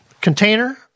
container